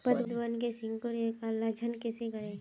पतबन के सिकुड़ ऐ का लक्षण कीछै?